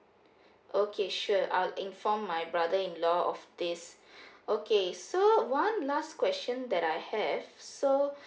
okay sure I'll inform my brother in law of this okay so one last question that I have so